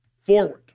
forward